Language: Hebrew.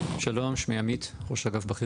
שלום, אני ראש אגף בכיר